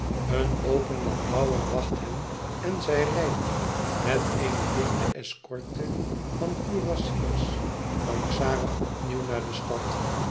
een open landauer wacht hen en zij rijden met eene dichte escorte van kurassiers van xara opnieuw naar de stad